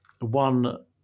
one